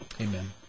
Amen